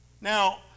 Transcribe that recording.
Now